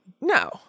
No